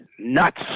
nuts